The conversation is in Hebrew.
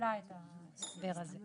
ההסבר הזה.